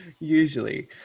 usually